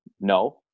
no